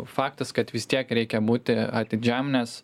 faktas kad vis tiek reikia būti atidžiam nes